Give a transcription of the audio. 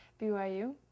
BYU